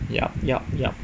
yup yup yup